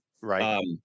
right